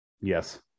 Yes